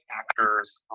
actors